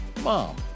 mom